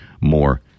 more